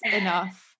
enough